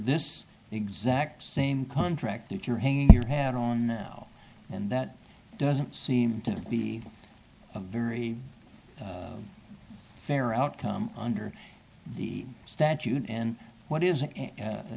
this exact same contract if you're hanging your hat on now and that doesn't seem to be a very fair outcome under the statute in what